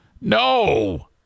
no